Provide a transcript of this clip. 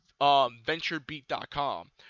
VentureBeat.com